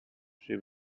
she